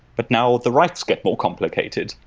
but now the writes get more complicated,